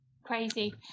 Crazy